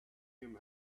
him